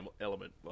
element